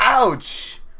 Ouch